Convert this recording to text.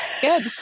Good